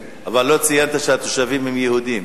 אבל לא ציינת שהתושבים הם יהודים.